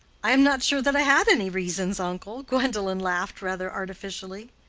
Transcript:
i am not sure that i had any reasons, uncle. gwendolen laughed rather artificially.